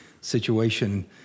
situation